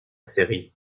série